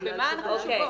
במה אנחנו שוגות?